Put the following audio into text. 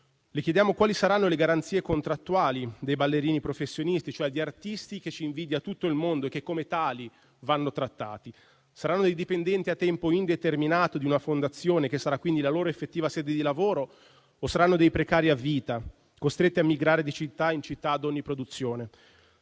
Le chiediamo quali saranno le garanzie contrattuali dei ballerini professionisti, cioè di artisti che ci invidia tutto il mondo e che come tali vanno trattati. Saranno dei dipendenti a tempo indeterminato di una fondazione, che sarà quindi la loro effettiva sede di lavoro, o saranno dei precari a vita costretti a migrare di città in città ad ogni produzione?